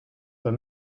but